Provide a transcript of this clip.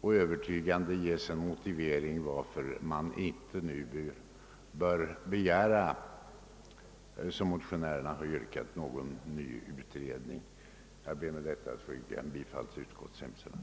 och övertygande ges en motivering för att man inte nu, som motionärerna har yrkat, bör begära någon ny utredning. Med detta ber jag att få yrka bifall till utskottets hemställan.